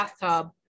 bathtub